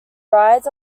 brides